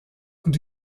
und